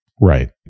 Right